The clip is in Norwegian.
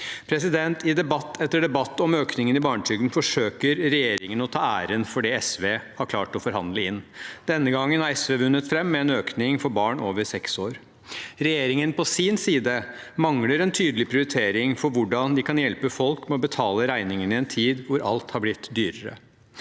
betale. I debatt etter debatt om økningen i barnetrygden forsøker regjeringen å ta æren for det SV har klart å forhandle inn. Denne gangen har SV vunnet fram med en økning for barn over seks år. Regjeringen, på sin side, mangler en tydelig prioritering for hvordan den kan hjelpe folk med å betale regningene i en tid hvor alt har blitt dyrere.